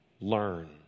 Learn